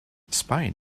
spain